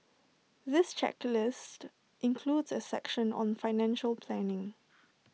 this checklist includes A section on financial planning